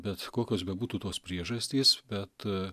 bet kokios bebūtų tos priežastys bet